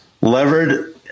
levered